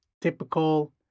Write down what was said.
typical